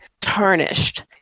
tarnished